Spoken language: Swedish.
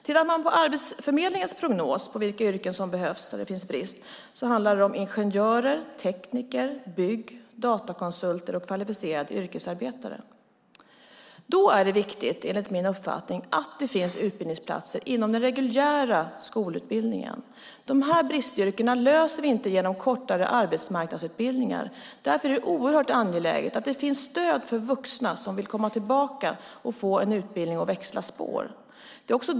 Tittar man på Arbetsförmedlingens prognos över områden där det finns brist handlar det om ingenjörer, tekniker, byggsektorn, datakonsulter och kvalificerade yrkesarbetare. Då är det enligt min uppfattning viktigt att det finns utbildningsplatser inom den reguljära skolutbildningen. De här bristyrkena löser vi inte genom kortare arbetsmarknadsutbildningar. Därför är det oerhört angeläget att det finns stöd för vuxna som vill komma tillbaka och få en utbildning för att kunna växla spår.